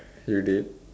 you did